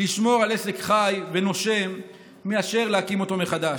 לשמור על עסק חי ונושם מאשר להקים אותו מחדש.